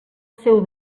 seu